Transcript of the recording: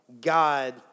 God